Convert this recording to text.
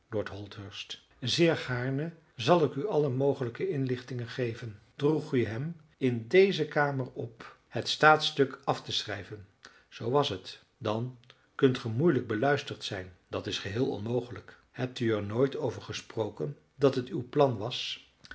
lord holdhurst zeer gaarne zal ik u alle mogelijke inlichtingen geven droeg u hem in deze kamer op het staatsstuk af te schrijven zoo was het dan kunt ge moeilijk beluisterd zijn dat is geheel onmogelijk hebt u er nooit over gesproken dat het uw plan was